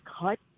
cut